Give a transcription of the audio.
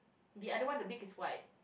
the other one the beak is white